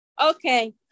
okay